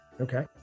Okay